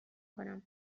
کنم